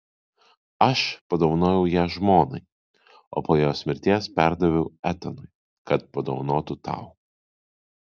aš padovanojau ją žmonai o po jos mirties perdaviau etanui kad padovanotų tau